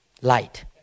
light